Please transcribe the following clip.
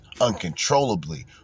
uncontrollably